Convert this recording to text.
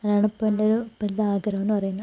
അതാണിപ്പോൾ എൻ്റെ ഒരു ഇപ്പോഴത്തെ ആഗ്രഹം എന്നു പറയുന്നത്